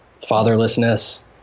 fatherlessness